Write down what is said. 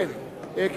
התשע"א 2010,